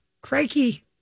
Crikey